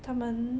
他们